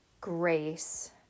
grace